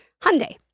Hyundai